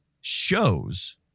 shows